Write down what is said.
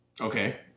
Okay